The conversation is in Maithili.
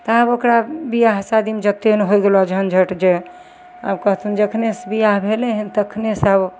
तऽ आब ओकरा बियाह शादीमे जते नहि होइ गेलौ झँझट जे आब कहथुन जखने से बियाह भेलय हेँ तखनेसँ आब